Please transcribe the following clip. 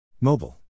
Mobile